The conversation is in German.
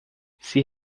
sie